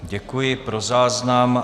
Děkuji, pro záznam.